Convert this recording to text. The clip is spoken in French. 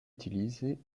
utilisés